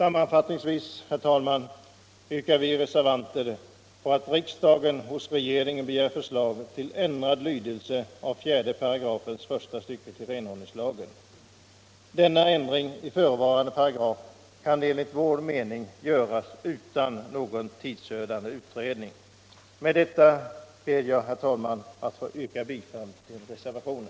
Med detta ber jag, herr talman, att få yrka bifall till reservationen.